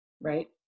right